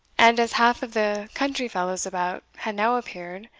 and as half of the country fellows about had now appeared,